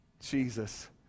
Jesus